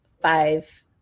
five